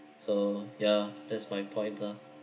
so yeah that's my point lah